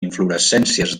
inflorescències